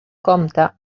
compte